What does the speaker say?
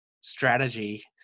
strategy